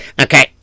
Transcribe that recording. Okay